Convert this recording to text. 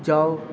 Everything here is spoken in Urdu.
جاؤ